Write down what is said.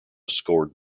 scored